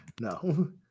No